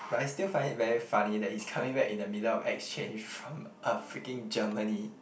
but I still find it very funny that he's coming back in the middle of exchange from a freaking Germany